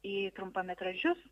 į trumpametražius